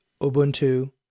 Ubuntu